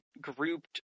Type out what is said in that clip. grouped